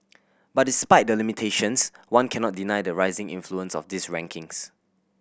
but despite the limitations one cannot deny the rising influence of these rankings